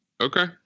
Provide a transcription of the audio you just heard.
Okay